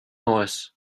noise